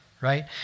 right